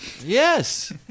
Yes